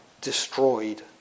destroyed